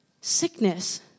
sickness